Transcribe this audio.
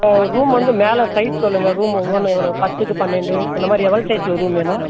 room வந்து மேலே size சொல்லுங்கள் ரூம்மு பத்துக்கு பன்னெண்டு அந்தமாதிரி எவ்வளோ சைஸில் ரூம் வேணும்